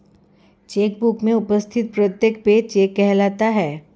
check book में उपस्थित प्रत्येक पेज चेक कहलाता है